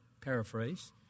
paraphrase